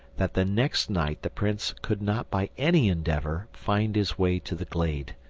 that the next night the prince could not by any endeavour find his way to the glade.